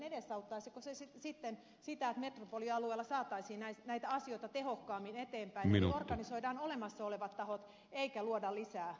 edesauttaisiko se sitten sitä että metropolialueella saataisiin näitä asioita tehokkaammin eteenpäin eli organisoidaan olemassa olevat tahot eikä luoda lisää väliportaan hallintoa